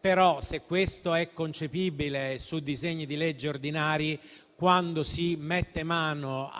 Però se questo è concepibile su disegni di legge ordinari, quando si mette mano